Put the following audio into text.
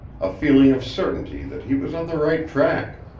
a feeling of certainty that he was on the right track.